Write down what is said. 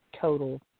total